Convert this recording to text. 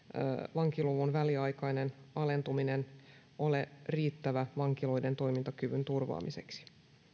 vankiluvun väliaikainen alentuminen ole riittävä vankiloiden toimintakyvyn turvaamiseksi